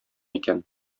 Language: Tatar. икән